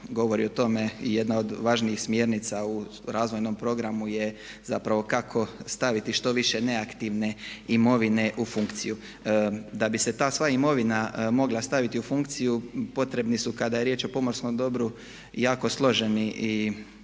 govori o tome i jedna od važnijih smjernica u razvojnom programu je zapravo kako staviti što više neaktivne imovine u funkciju. Da bi se ta sva imovina mogla staviti u funkciju potrebni su kada je riječ o pomorskom dobru jako složene